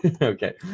Okay